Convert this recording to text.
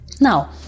Now